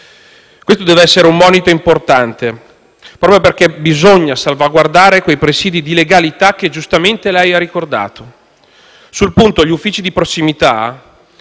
Questo deve essere un monito importante, proprio perché bisogna salvaguardare quei presidi di legalità che giustamente lei ha ricordato. Sul punto degli uffici di prossimità,